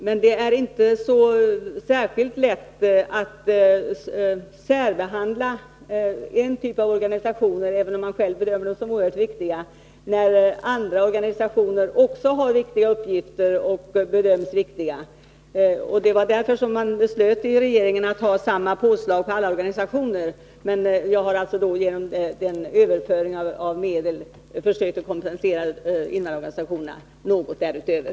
Men det är inte särskilt lätt att särbehandla en typ av organisationer, även om man själv bedömer dem som oerhört viktiga, när det finns andra organisationer som också har viktiga uppgifter och som bedöms som viktiga. Därför beslöt regeringen att det skulle vara samma påslag för alla organisationer. Men jag har alltså genom överföring av medel försökt att kompensera invandrarorganisationerna något därutöver.